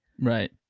right